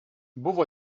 buvo